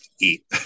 eat